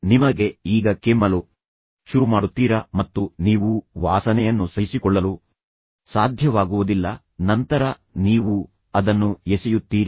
ನಿಮಗೆ ಈಗ ಕೆಮ್ಮಲು ಶುರುಮಾಡುತ್ತೀರಾ ಮತ್ತು ನೀವು ವಾಸನೆಯನ್ನು ಸಹಿಸಿಕೊಳ್ಳಲು ಸಾಧ್ಯವಾಗುವುದಿಲ್ಲ ನಂತರ ನೀವು ಅದನ್ನು ಎಸೆಯುತ್ತೀರಿ